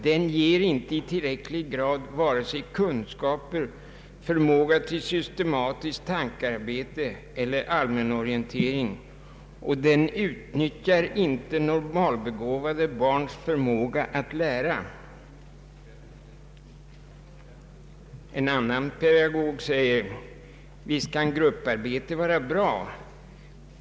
Den ger inte i tillräcklig grad vare sig kunskaper, förmåga till systematiskt tankearbete eller allmän orientering, och den utnyttjar inte normalbegåvade barns förmåga att lära.” En annan pedagog säger: ”Visst kan grupparbete vara bra.